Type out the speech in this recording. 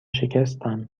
شکستم